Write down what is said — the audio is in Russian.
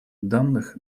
данных